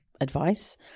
advice